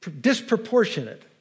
disproportionate